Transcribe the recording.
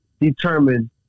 determined